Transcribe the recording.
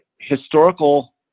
historical